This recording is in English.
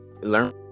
learn